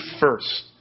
first